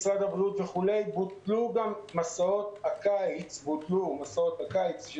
משרד הבריאות וכולי בוטלו גם מסעות הקיץ ביולי אוגוסט.